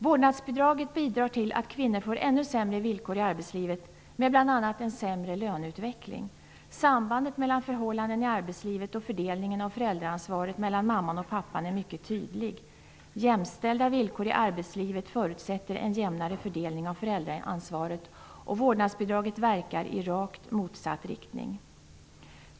Vårdnadsbidraget bidrar till att kvinnor får ännu sämre villkor i arbetslivet med bl.a. en sämre löneutveckling. Sambandet mellan förhållandena i arbetslivet och fördelningen av föräldraansvaret mellan mamman och pappan är mycket tydlig. Jämställda villkor i arbetslivet förutsätter en jämnare fördelning av föräldraansvaret. Vårdnadsbidraget verkar i rakt motsatt riktning.